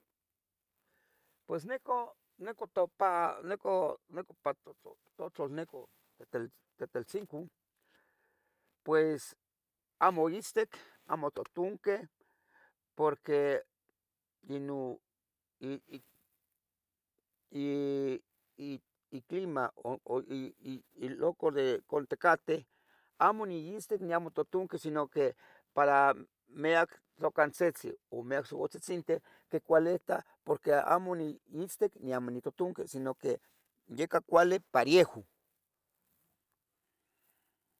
Pues nicu, nicu to pa nicu to, totlal Tetel Tetelcingo amo itztic amo tutunqueh porque ino iiiiiclima iiilucor de Caltecateh amo ni itztin ni amo tutunqui, sino que para miac tlacantzitzi miac souatzitzinteh quicual itah porque amo niitztic niamo nitutunqui sino que yecah cuali pariejo